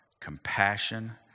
compassion